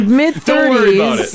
mid-thirties